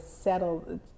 settle